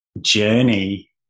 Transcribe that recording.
journey